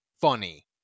funny